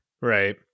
Right